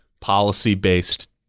policy-based